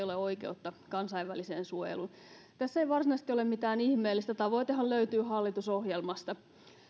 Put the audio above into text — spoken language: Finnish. ole oikeutta kansainväliseen suojeluun tässä ei varsinaisesti ole mitään ihmeellistä tavoitehan löytyy hallitusohjelmasta